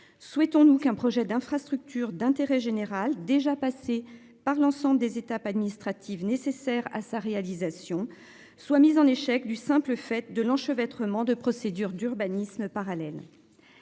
souhaitons-nous qu'un projet d'infrastructure d'intérêt général. Déjà passé par l'ensemble des étapes administratives nécessaires à sa réalisation soit mise en échec du simple fait de l'enchevêtre ment de procédures d'urbanisme parallèle.